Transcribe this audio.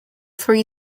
three